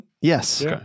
Yes